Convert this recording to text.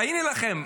הינה לכם,